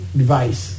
device